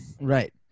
Right